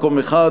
מקום אחד,